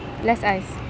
less ice